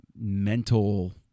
mental